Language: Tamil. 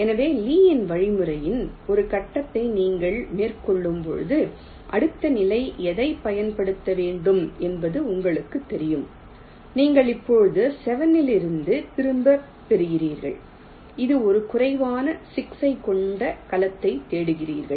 எனவே லீயின் வழிமுறையின் ஒரு கட்டத்தை நீங்கள் மேற்கொள்ளும்போது அடுத்த நிலை எதைப் பயன்படுத்த வேண்டும் என்பது உங்களுக்குத் தெரியும் நீங்கள் எப்போது 7 இலிருந்து திரும்பப் பெறுகிறீர்கள் இது ஒரு குறைவான 6 ஐக் கொண்ட கலத்தைத் தேடுகிறீர்கள்